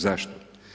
Zašto?